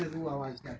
आबाज छै